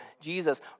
Jesus